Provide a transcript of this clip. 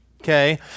Okay